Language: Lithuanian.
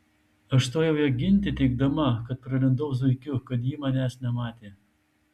aš stojau ją ginti teigdama kad pralindau zuikiu kad jį manęs nematė